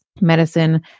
medicine